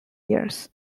years